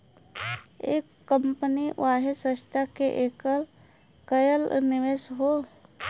एक कंपनी वाहे संस्था के कएल निवेश हौ